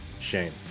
shame